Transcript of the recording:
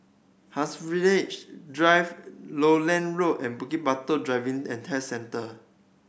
Haigsville Drive Lowland Road and Bukit Batok Driving and Test Centre